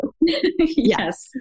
Yes